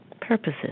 purposes